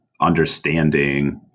understanding